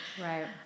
right